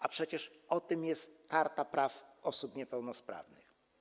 A przecież o tym jest Karta Praw Osób Niepełnosprawnych.